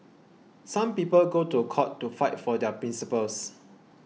some people go to court to fight for their principles